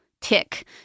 tick